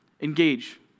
Engage